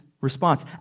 response